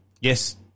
Yes